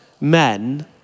men